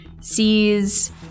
sees